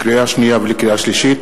לקריאה שנייה ולקריאה שלישית: